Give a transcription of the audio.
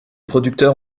producteurs